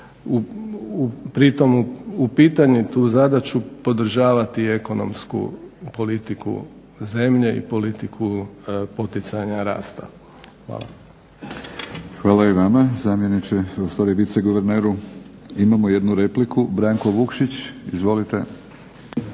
pritom u pitanje tu zadaću podržavati ekonomsku politiku zemlje i politiku poticanja rasta.". Hvala. **Batinić, Milorad (HNS)** Hvala i vama zamjeniče, ustvari viceguverneru. Imamo jednu repliku, Branko Vukšić. Izvolite.